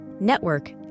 network